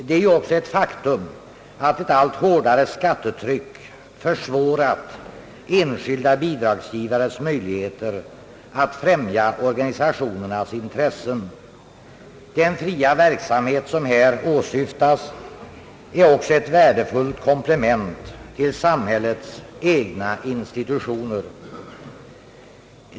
Det är också ett faktum att ett allt hårdare skattetryck försvårat enskilda bidragsgivares möjligheter att främja organisationernas intressen. Den fria verksamhet som här åsyftas är också ett värdefullt komplement till samhällets egna institutioner.